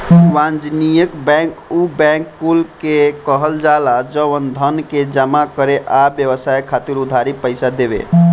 वाणिज्यिक बैंक उ बैंक कुल के कहल जाला जवन धन के जमा करे आ व्यवसाय खातिर उधारी पईसा देवे